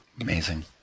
Amazing